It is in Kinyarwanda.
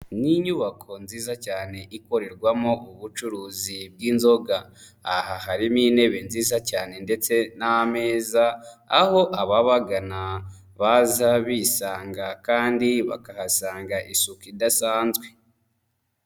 Ni inyubako nziza cyane ikorerwamo ubucuruzi bw'inzoga, aha harimo intebe nziza cyane ndetse n'ameza, aho ababagana baza bisanga kandi bakahasanga isuku idasanzwe.